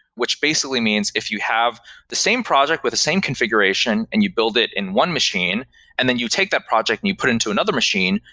which basically means if you have the same project with the same configuration and you build it in one machine and then you take that project and you put into another machine,